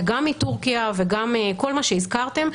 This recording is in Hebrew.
וגם מטורקיה וגם כל מה שהזכרתם,